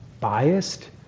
biased